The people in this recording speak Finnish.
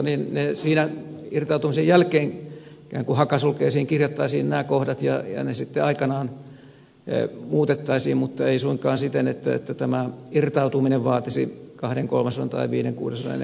siinä irtaantumisen jälkeen ikään kuin hakasulkeisiin kirjattaisiin nämä kohdat ja ne sitten aikanaan muutettaisiin mutta ei suinkaan siten että tämä irtautuminen vaatisi kahden kolmasosan tai viiden kuudesosan enemmistön